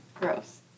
Gross